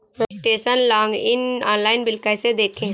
Registration login online bill कैसे देखें?